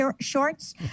shorts